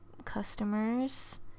customers